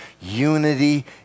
unity